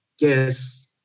yes